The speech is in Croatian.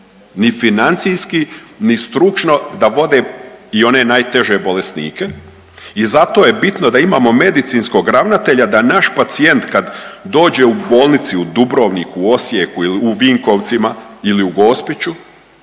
ni financijski ni stručno da vode i one najteže bolesnike i zato je bitno da imamo medicinskog ravnatelja da naš pacijent kad dođe u bolnici u Dubrovniku, Osijeku ili u Vinkovcima ili u Gospiću